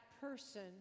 person